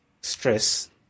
stress